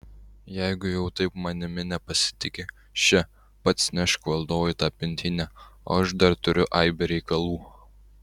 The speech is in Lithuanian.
jeigu jau taip manimi nepasitiki še pats nešk valdovui tą pintinę o aš dar turiu aibę reikalų